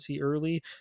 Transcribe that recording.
early